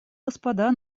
господа